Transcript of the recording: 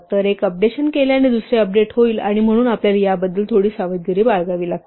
तर एक अपडेशन केल्याने दुसरे अपडेट होईल आणि म्हणून आपल्याला याबद्दल थोडी सावधगिरी बाळगावी लागते